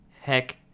heck